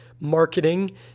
marketing